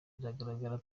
biragaragara